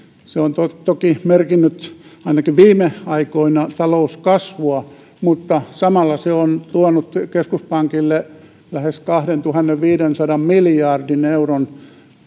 se on toki merkinnyt ainakin viime aikoina talouskasvua mutta samalla se on tuonut keskuspankille lähes kahdentuhannenviidensadan miljardin euron